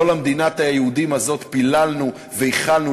לא למדינת היהודים הזאת פיללנו וייחלנו,